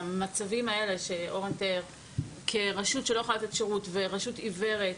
במצבים האלה שאורן תיאר כרשות שלא יכולה לתת שירות ורשות עיוורת,